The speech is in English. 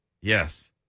Yes